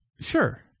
Sure